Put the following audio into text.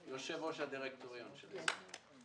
אני יושב-ראש הדירקטוריון של המפעל.